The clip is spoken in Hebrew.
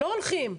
לא הולכים.